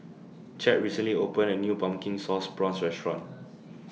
Chadd recently opened A New Pumpkin Sauce Prawns Restaurant